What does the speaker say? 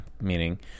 meaning